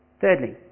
Thirdly